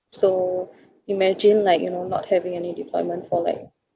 so imagine like you know not having any deployment for like